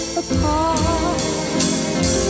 apart